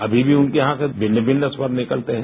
अभी भी उनके यहां से भिन्न भिन्न स्वर निकलते है